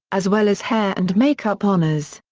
as well as hair and make-up honors.